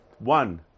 One